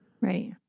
Right